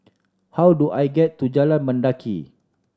how do I get to Jalan Mendaki